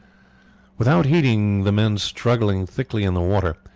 without heeding the men struggling thickly in the water,